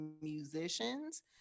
musicians